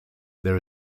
there